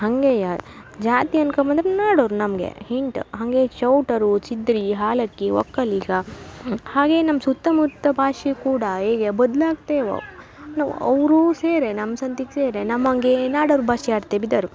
ಹಾಗೆಯ ಜಾತಿ ಅನ್ಕ ಬಂದರೆ ನಾಡೋರು ನಮಗೆ ಹಿಂಟ್ ಹಾಗೇ ಚೌಟರು ಚಿದ್ರಿ ಹಾಲಕ್ಕಿ ಒಕ್ಕಲಿಗ ಹಾಗೆ ನಮ್ಮ ಸುತ್ತಮುತ್ತ ಭಾಷೆ ಕೂಡ ಹೀಗೆ ಬದಲಾಗ್ತೇವೋ ನವ್ ಅವರೋ ಸೇರಿ ನಮ್ಮ ಸಂತಿಗೆ ಸೇರಿ ನಮ್ಮ ಹಂಗೆ ನಾಡೋರ ಭಾಷೆ ಆಡ್ತೆ ಬಿದ್ದಾರು